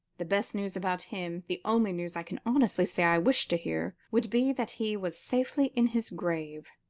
the best news about him, the only news i can honestly say i wish to hear, would be that he was safely in his grave.